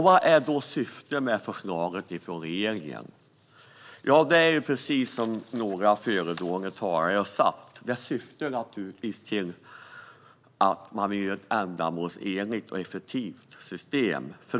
Vad är syftet med regeringens förslag? Det är precis som några föregående talare har sagt. Syftet är ett ändamålsenligt och effektivt system.